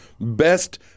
best –